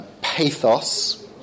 pathos